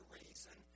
reason